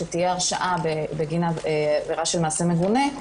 כשתהיה הרשעה בגין העבירה של מעשה מגונה,